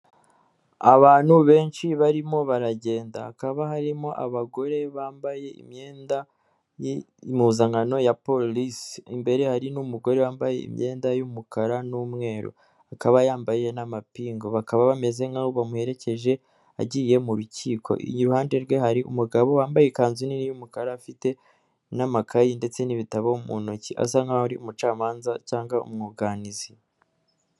Abantu benshi barimo baragenda hakaba harimo abagore bambaye imyenda impuzankano ya police imbere hari n'umugore wambaye imyenda y'umukara n'umweru akaba yambaye n'amapingu bakaba bameze nkaho bamuherekeje agiye mu rukiko iruhande rwe hari umugabo wambaye ikanzu nini y'umukara afite n'amakayi ndetse n'ibitabo mu ntoki asa nk'aho ari umucamanza cyangwa umwunganizi.